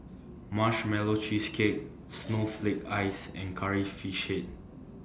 Marshmallow Cheesecake Snowflake Ice and Curry Fish Head